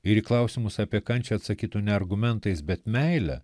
ir į klausimus apie kančią atsakytų ne argumentais bet meile